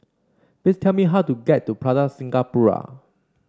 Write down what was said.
please tell me how to get to Plaza Singapura